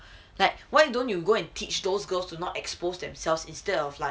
like why don't you go and teach those girls do not expose themselves instead of like